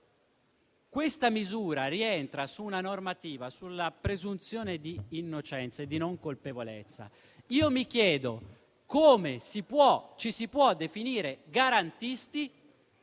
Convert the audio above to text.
Questa misura rientra in una normativa sulla presunzione di innocenza e di non colpevolezza. Io mi chiedo come ci si può definire garantisti